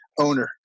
owner